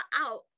out